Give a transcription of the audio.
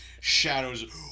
shadows